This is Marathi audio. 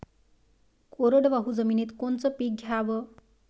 कोरडवाहू जमिनीत कोनचं पीक घ्याव?